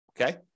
Okay